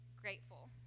grateful